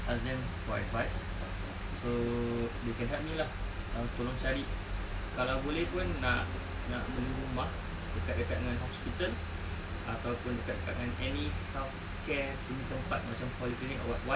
ask them for advice so they can help me lah um tolong cari kalau boleh pun nak nak beli rumah dekat-dekat dengan hospital ataupun dekat-dekat dengan any healthcare punya tempat macam polyclinic or what why